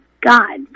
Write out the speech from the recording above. God